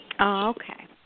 Okay